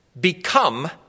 become